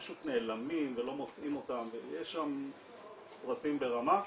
פשוט נעלמים ולא מוצאים אותם ויש שם סרטים ברמה.